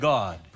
God